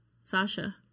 Sasha